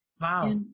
Wow